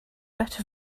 beta